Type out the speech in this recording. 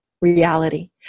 reality